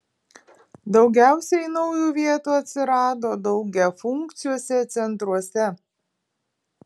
daugiausiai naujų vietų atsirado daugiafunkciuose centruose